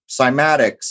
cymatics